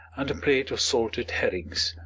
and a plate of salted herrings.